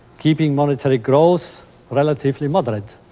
keeping monetary growth relatively moderate.